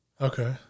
Okay